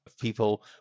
People